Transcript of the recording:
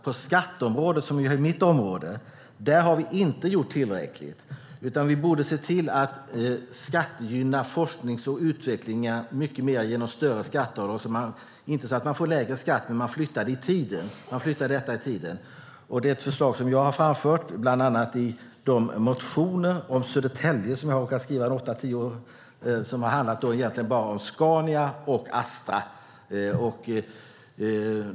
På skatteområdet, som är mitt område, har vi inte gjort tillräckligt. Vi borde se till att skattegynna forskning och utveckling mycket mer genom större skatteavdrag, inte så att man får lägre skatt men så att man flyttar det i tiden. Det är ett förslag som jag har framfört i bland annat de motioner om Södertälje som jag har skrivit, som egentligen bara har handlat om Scania och Astra.